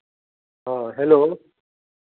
हँ हेलो